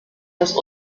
das